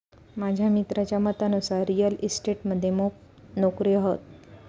माझ्या मित्राच्या मतानुसार रिअल इस्टेट मध्ये मोप नोकर्यो हत